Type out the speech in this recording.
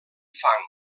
fang